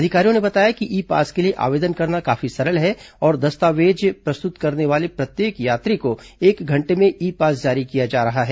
अधिकारियों ने बताया कि ई पास के लिए आवेदन करना काफी सरल है और वैध दस्तावेज प्रस्तुत करने वाले प्रत्येक यात्री को एक घंटे में ई पास जारी किया जा रहा है